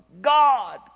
God